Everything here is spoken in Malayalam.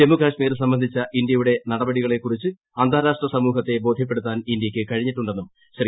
ജമ്മുക്കാൾമീർ സംബന്ധിച്ച ഇന്ത്യയുടെ നടപടികളെക്കുറിച്ച് അന്താരാഷ്ട്ര സമൂഹത്തെ ബോദ്ധ്യപ്പെടുത്താൻ ഇന്ത്യയ്ക്ക് കഴിഞ്ഞിട്ടുണ്ടെന്നും ശ്രീ